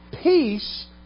Peace